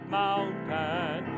mountain